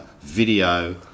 video